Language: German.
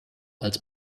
als